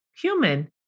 human